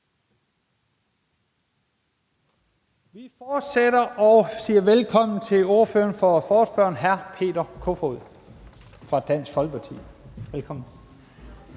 Vi fortsætter og siger velkommen til ordføreren for forespørgerne, hr. Peter Kofod fra Dansk Folkeparti, for en